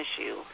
issue